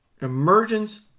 emergence